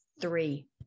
three